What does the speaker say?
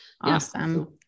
Awesome